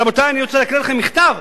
רבותי, אני רוצה להקריא לכם מכתב.